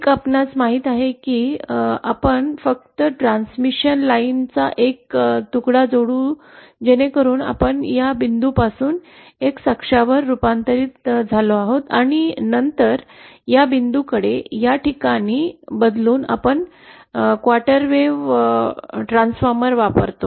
एक आपणास माहित आहे की आपण फक्त ट्रान्समिशन लाइनचा एक तुकडा जोडू जेणेकरून आपण या बिंदूपासून X अक्षावर रुपांतरित झालो आहोत आणि नंतर या बिंदूकडे या ठिकाणी बदलून आपण क्वार्टर वेव्ह ट्रान्सफॉर्मर वापरतो